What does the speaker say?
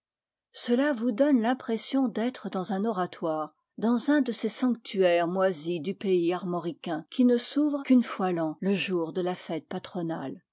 cela vous donne l'impression d'être dans un oratoire dans un de ces sanctuaires moisis du pays armoricain qui ne s'ouvrent qu'une fois l'an le jour de la fête patronale